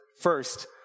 first